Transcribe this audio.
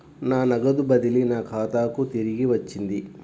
నా నగదు బదిలీ నా ఖాతాకు తిరిగి వచ్చింది